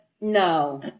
no